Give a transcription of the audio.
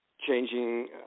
changing